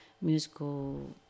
musical